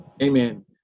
amen